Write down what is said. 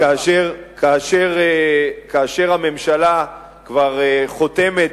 כאשר הממשלה כבר חותמת,